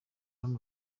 hano